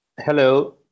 Hello